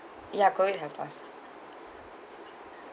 ya COVID have fast